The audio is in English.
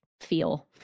feel